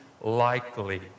likely